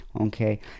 Okay